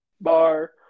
bar